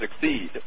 succeed